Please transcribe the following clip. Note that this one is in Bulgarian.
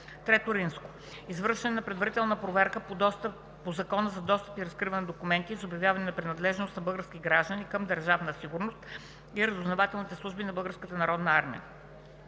III. Извършване на предварителна проверка по Закона за достъп и разкриване на документите и за обявяване на принадлежност на български граждани към Държавна сигурност и разузнавателните служби на Българската народна армия.